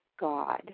God